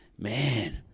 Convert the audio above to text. man